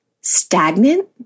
stagnant